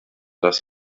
dass